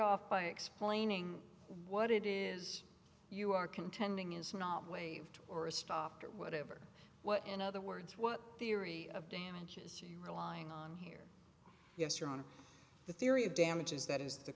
off by explaining what it is you are contending is not waived or is stopped or whatever what in other words what theory of damages you relying on here yes you're on the theory of damages that is the